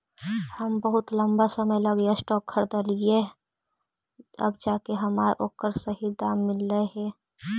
हम बहुत लंबा समय लागी स्टॉक खरीदलिअइ अब जाके हमरा ओकर सही दाम मिललई हे